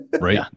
Right